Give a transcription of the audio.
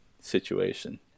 situation